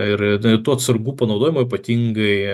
ir ir tų atsargų panaudojimo ypatingai